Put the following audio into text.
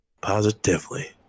positively